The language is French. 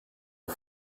aux